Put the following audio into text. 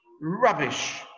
rubbish